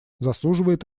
заслуживает